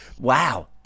Wow